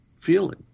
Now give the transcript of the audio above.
feeling